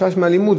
חשש מאלימות,